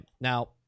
Now